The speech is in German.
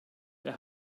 der